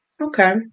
Okay